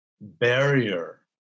barrier